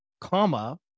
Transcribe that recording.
comma